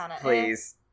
please